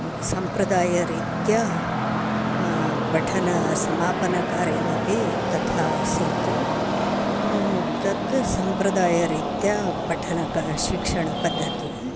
सम्प्रदायरीत्या पठनासमापनकार्यमपि तथा आसीत् तत् सम्प्रदायरीत्या पठनं शिक्षण पद्धतिः